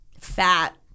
Fat